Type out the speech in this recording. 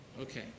Okay